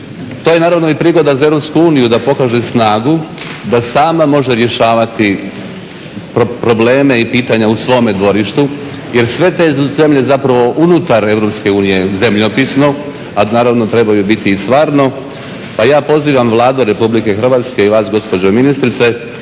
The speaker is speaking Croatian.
To je naravno i prigoda za Europsku uniju da pokaže snagu da sam može rješavati probleme i pitanja u svome dvorištu. Jer sve te zemlje zapravo unutar Europske unije zemljopisno, a naravno trebaju biti i stvarno. Pa ja pozivam Vladu Republike Hrvatske i vas gospođo ministrice